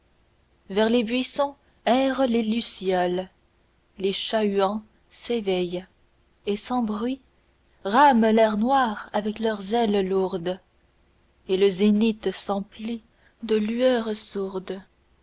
vers les buissons errent les lucioles les chats-huants s'éveillent et sans bruit rament l'air noir avec leurs ailes lourdes et le zénith s'emplit de lueurs sourdes